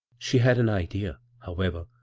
she had an idea, however,